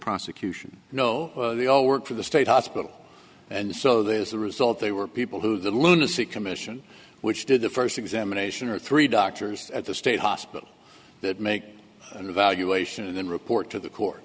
prosecution you know they all work for the state hospital and so that as a result they were people who the lunacy commission which did the first examination are three doctors at the state hospital that make an evaluation and then report to the cour